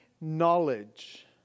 knowledge